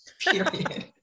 period